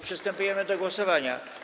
Przystępujemy do głosowania.